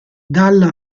dalla